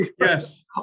yes